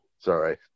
Sorry